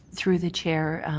through the chair,